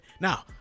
now